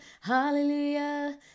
hallelujah